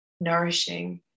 nourishing